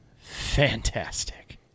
fantastic